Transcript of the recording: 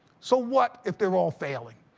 so what if they are all failing?